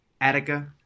Attica